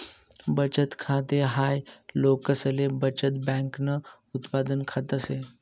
बचत खाते हाय लोकसले बचत बँकन उत्पादन खात से